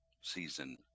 season